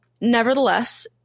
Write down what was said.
nevertheless